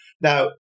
now